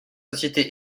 société